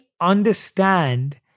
understand